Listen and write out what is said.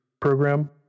program